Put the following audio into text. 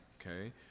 Okay